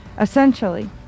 Essentially